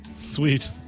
Sweet